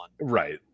right